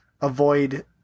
avoid